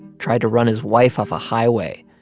tried to run his wife off a highway.